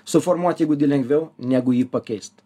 suformuot įgūdį lengviau negu jį pakeist